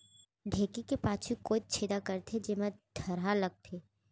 ढेंकी के पाछू कोइत छेदा करथे, जेमा थरा लगथे